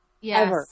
yes